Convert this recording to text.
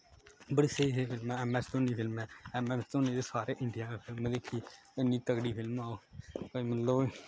बड़ी स्हेई स्हेई फिल्मां एम एस धोनी फिल्म ऐ एम एस धोनी ते सारे इंडिया ने फिल्म दिक्खी इन्नी तगड़ी फिल्म ही ओह् भाई मतलब